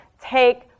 take